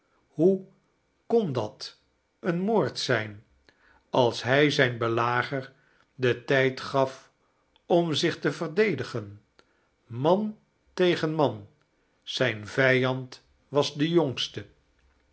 hoe kon dat een moord zijn als hij zijn be lager den tijd gaf om zich te verdedigenl man tegen man zijn vijand was de jongste